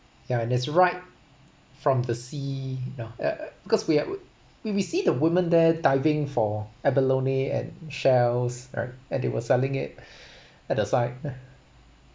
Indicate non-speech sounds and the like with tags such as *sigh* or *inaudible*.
ya and it's right from the sea you know uh cause we've would we we see the women there diving for abalone and shells right and they were selling it at the side *noise*